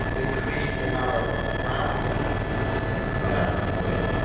increased the amount of brown fat yeah, oh yeah.